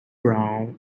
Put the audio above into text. brown